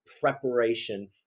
preparation